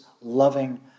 loving